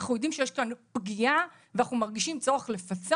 אנחנו יודעים שיש כאן פגיעה ואנחנו מרגישים צורך לפצות,